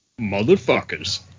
Motherfuckers